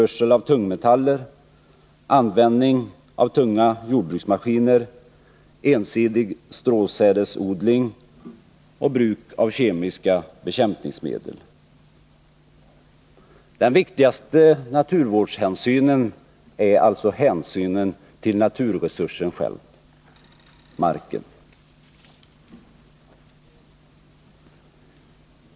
Nr 34 av tungmetaller, användning av tunga jordbruksmaskiner, ensidig stråsäds Onsdagen den odling och bruk av kemiska bekämpningsmedel. Den viktigaste naturvårds 26 november 1980 hänsynen är alltså hänsynen till naturresursen själv: marken.